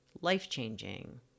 life-changing